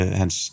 hans